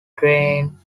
train